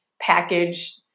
package